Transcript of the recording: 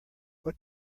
what